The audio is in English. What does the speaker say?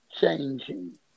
changing